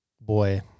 Boy